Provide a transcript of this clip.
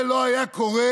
זה לא היה קורה